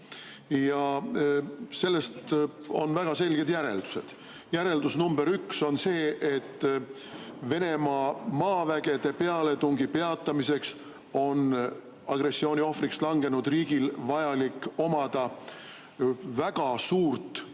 Ja sellest on väga selged järeldused. Järeldus nr 1 on see, et Venemaa maavägede pealetungi peatamiseks on agressiooni ohvriks langenud riigil vajalik omada väga suurt